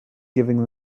giving